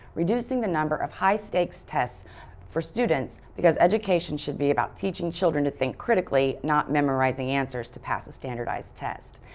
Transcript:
reducing the number of high stakes tests for students because education should be about teaching children to think critically, not memorizing answers to pass a standardized test.